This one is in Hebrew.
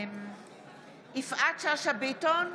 יפעת שאשא ביטון,